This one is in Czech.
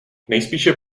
nejspíše